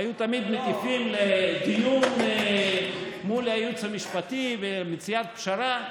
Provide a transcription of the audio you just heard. היו תמיד מטיפים לדיון מול הייעוץ המשפטי ומציאת פשרה.